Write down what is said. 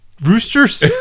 Roosters